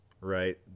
right